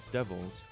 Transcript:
Devils